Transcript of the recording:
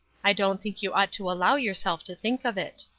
i don't think you ought to allow yourself to think of it.